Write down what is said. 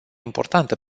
importantă